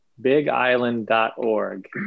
bigisland.org